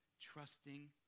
trusting